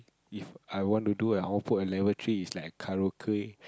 If I want to do I will put at level three is like a karaoke